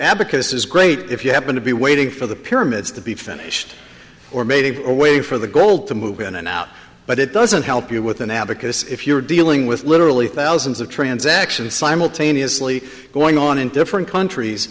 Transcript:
abacus is great if you happen to be waiting for the pyramids to be finished or maybe a way for the gold to move in and out but it doesn't help you with an abacus if you're dealing with literally thousands of transactions simultaneously going on in different countries